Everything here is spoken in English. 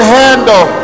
handle